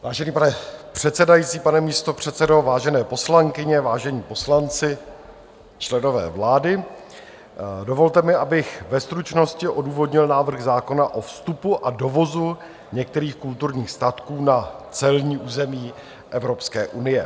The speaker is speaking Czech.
Vážený pane předsedající, pane místopředsedo, vážené poslankyně, vážení poslanci, členové vlády, dovolte mi, abych ve stručnosti odůvodnil návrh zákona o vstupu a dovozu některých kulturních statků na celní území Evropské unie.